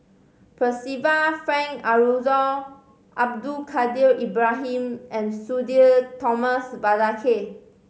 Percival Frank Aroozoo Abdul Kadir Ibrahim and Sudhir Thomas Vadaketh